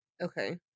Okay